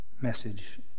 message